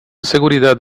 seguridad